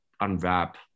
unwrap